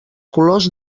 colors